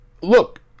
Look